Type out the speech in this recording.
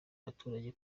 abaturage